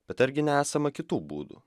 bet argi nesama kitų būdų